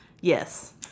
Yes